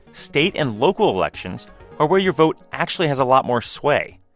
state and local elections are where your vote actually has a lot more sway.